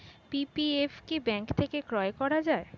PPF কি bank থেকে ক্রয় করা যায়?